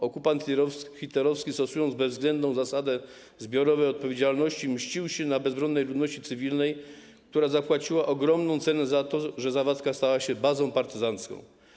Okupant hitlerowski, stosując bezwzględną zasadę zbiorowej odpowiedzialności, mścił się na bezbronnej ludności cywilnej, która zapłaciła ogromną cenę za to, że Zawadka stała się bazą partyzancką.